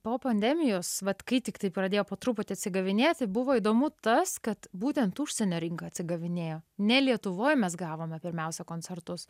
po pandemijos vat kai tiktai pradėjo po truputį atsigavinėti buvo įdomu tas kad būtent tų užsienio rinka atsigavinėjo ne lietuvoj mes gavome pirmiausia koncertus